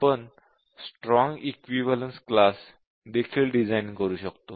आपण strong equivalence class देखील design करू शकतो